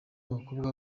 abakobwa